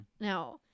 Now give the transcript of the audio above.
Now